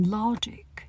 logic